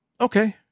okay